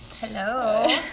Hello